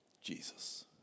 Jesus